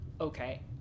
okay